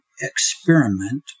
experiment